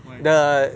why